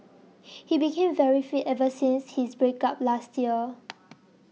he became very fit ever since his break up last year